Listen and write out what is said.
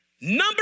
number